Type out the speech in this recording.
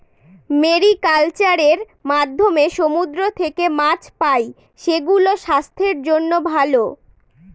mariculture এর মাধ্যমে সমুদ্র থেকে মাছ পাই, সেগুলো স্বাস্থ্যের জন্য ভালো